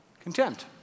Contempt